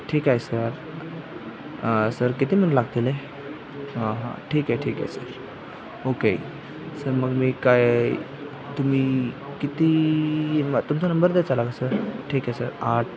ठीक आहे sir sir किती मिनिटे लागतील हे हो हो ठीक आहे ठीक आहे सर ओके सर मग मी काय तुम्ही किती तुमचा नंबर देता का सर ठीक आहे सर आठ